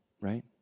right